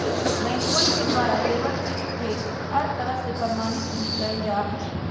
बैंकवन के द्वारा लेबर चेक के हर तरह से प्रमाणित भी कइल जा हई